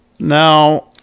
Now